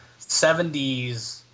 70s